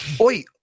Oi